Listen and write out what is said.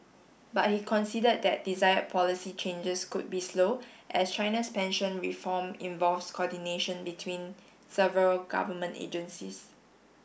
but he conceded that desired policy changes could be slow as China's pension reform involves coordination between several government agencies